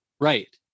Right